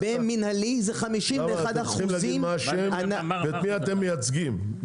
במנהלי זה 51%. מה השם ואת מי אתם מייצגים?